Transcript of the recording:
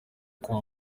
kwa